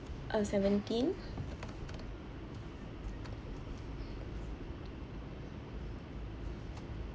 uh seventeen